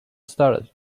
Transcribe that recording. started